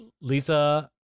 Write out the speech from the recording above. Lisa